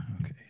Okay